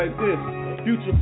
Future